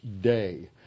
Day